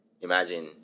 Imagine